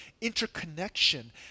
interconnection